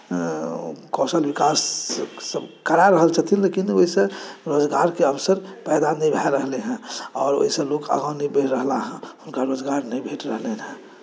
कौशल विकास सभ करा रहल छथिन लेकिन ओहिसँ रोजगारके अवसर पैदा नहि भऽ रहलै हँ आओर ओहिसँ लोक आगाँ नहि बढ़ि रहला हँ हुनका रोजगार नहि भेट रहलनि हँ